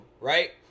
right